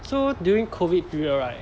so during COVID period right